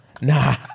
nah